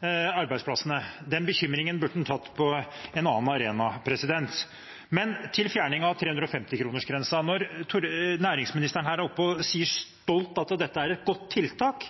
arbeidsplassene. Den bekymringen burde han tatt på en annen arena. Til fjerning av 350-kronersgrensen: Når næringsministeren sier stolt at dette er